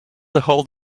ahold